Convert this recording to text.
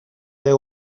they